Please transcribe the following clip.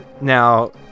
now